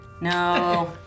no